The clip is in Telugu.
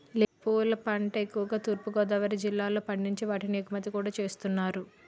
లిల్లీ పువ్వుల పంట ఎక్కువుగా తూర్పు గోదావరి జిల్లాలో పండించి వాటిని ఎగుమతి కూడా చేస్తున్నారు